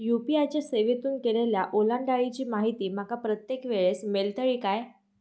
UPI च्या सेवेतून केलेल्या ओलांडाळीची माहिती माका प्रत्येक वेळेस मेलतळी काय?